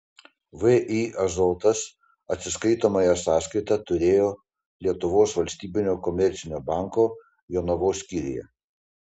vį azotas atsiskaitomąją sąskaitą turėjo lietuvos valstybinio komercinio banko jonavos skyriuje